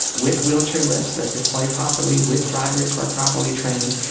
with wheelchair lifts that deploy properly, with drivers who are properly trained.